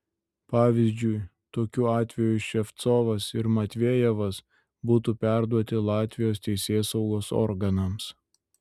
pavyzdžiui tokiu atveju ševcovas ir matvejevas būtų perduoti latvijos teisėsaugos organams